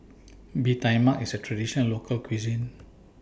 Bee Tai Mak IS A Traditional Local Cuisine